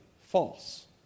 false